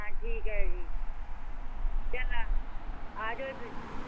ਹਾਂ ਠੀਕ ਹੈ ਜੀ ਆ ਜਾਓ